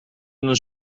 een